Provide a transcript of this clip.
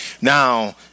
Now